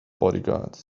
bodyguards